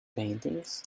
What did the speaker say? paintings